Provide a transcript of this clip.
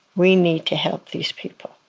we need to help these people.